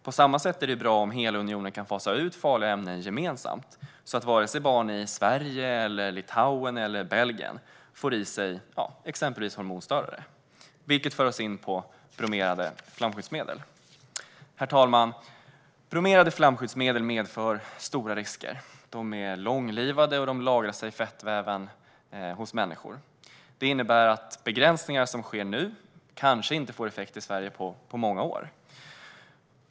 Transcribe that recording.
På samma sätt är det bra om hela unionen kan fasa ut farliga ämnen gemensamt så att inte barn i vare sig Sverige, Litauen eller Belgien får i sig exempelvis hormonstörare. Det för oss in på frågan om bromerade flamskyddsmedel. Herr talman! Bromerade flamskyddsmedel medför stora risker. De är långlivade och de lagras i fettväven hos människor. Det innebär att begränsningar som sker nu kanske inte får effekt i Sverige på många år.